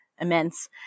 immense